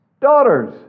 daughters